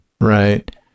right